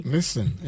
Listen